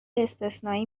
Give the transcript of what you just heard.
استثنایی